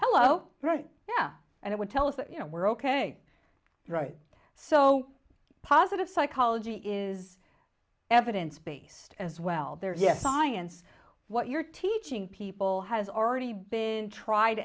hello right yeah and it would tell us that you know we're ok right so positive psychology is evidence based as well there yes science what you're teaching people has already been tried